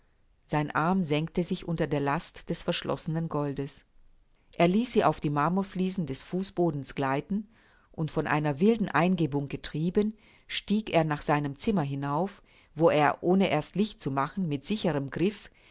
sein arm senkte sich unter der last des verschlossenen goldes er ließ sie auf die marmorfliesen des fußhodens gleiten und von einer wilden eingebung getrieben stieg er nach seinem zimmer hinauf wo er ohne erst licht zu machen mit sicherem griff